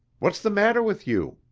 what's the matter with you?